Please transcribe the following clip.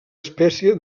espècie